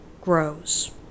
grows